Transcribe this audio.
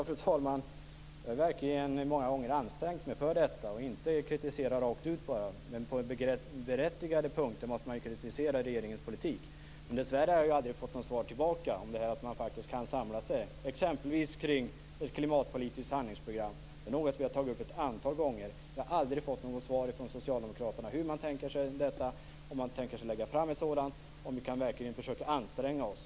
Fru talman! Jag har verkligen många gånger ansträngt mig för att inte bara kritisera rakt ut. Men på berättigade punkter måste man ju kritisera regeringens politik. Dessvärre har jag aldrig fått något svar tillbaka om att man faktiskt kan samla sig, exempelvis kring ett klimatpolitiskt handlingsprogram. Det är något vi har tagit upp ett antal gånger. Jag har aldrig fått något svar från socialdemokraterna om hur man tänker sig detta, om man tänker lägga fram något sådant och om vi verkligen kan försöka anstränga oss.